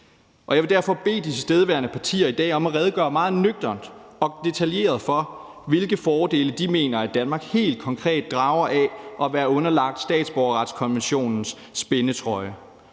jeg vil derfor bede de tilstedeværende partier i dag om at redegøre meget nøgternt og detaljeret for, hvilke fordele de mener at Danmark helt konkret drager af at være underlagt statsborgerretskonventionens spændetrøje.